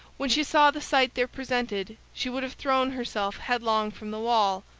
when she saw the sight there presented, she would have thrown herself headlong from the wall,